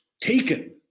taken